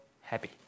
happy